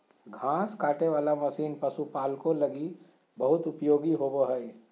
घास काटे वाला मशीन पशुपालको लगी बहुत उपयोगी होबो हइ